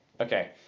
Okay